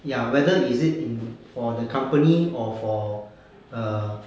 ya whether is it in for the company or for err